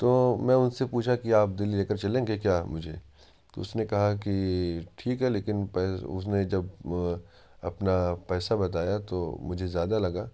تو میں ان سے پوچھا کہ آپ دلّی لے کر چلیں گے کیا مجھے اس نے کہا کہ ٹھیک ہے لیکن اس نے جب اپنا پیسہ بتایا تو مجھے زیادہ لگا